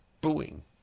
booing